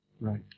Right